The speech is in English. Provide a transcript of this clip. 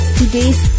today's